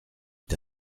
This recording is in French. est